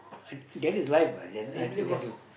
that is life lah I I tell you